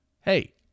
Hey